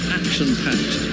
action-packed